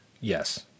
Yes